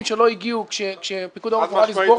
שלא הגיעו כאשר פיקוד העורף אמר לסגור את העסקים.